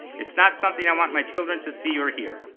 it's not something i want my children to see or hear.